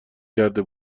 کرده